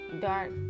dark